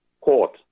court